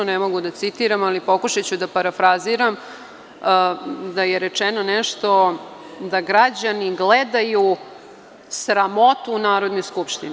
Ne mogu da citiram, ali pokušaću da parafraziram da je rečeno nešto, da građani gledaju sramotu u Narodnoj skupštini.